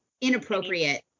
inappropriate